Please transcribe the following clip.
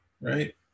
right